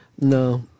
No